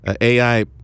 AI